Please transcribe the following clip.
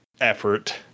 effort